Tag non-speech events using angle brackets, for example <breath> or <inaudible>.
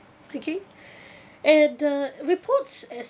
quickly <breath> and the reports